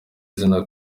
izina